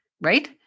right